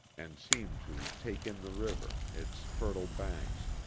and seemed to take in the river, its fertile banks,